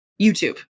YouTube